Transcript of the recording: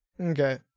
Okay